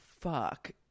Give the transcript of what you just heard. fuck